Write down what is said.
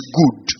good